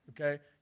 okay